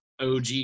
OG